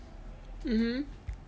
mmhmm